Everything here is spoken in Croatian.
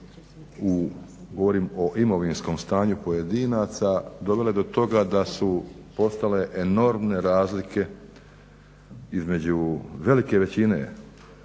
o imovinskom stanju pojedinaca dovele do toga da su postale enormne razlike između velike većine